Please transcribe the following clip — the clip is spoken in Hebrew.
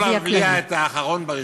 ולא להבליע את האחרון בראשון.